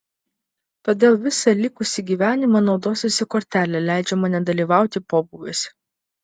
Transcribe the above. todėl visą likusį gyvenimą naudosiuosi kortele leidžiama nedalyvauti pobūviuose